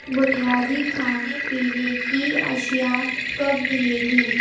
بنیادی کھانے پینے کی اشیاء کب ملے گی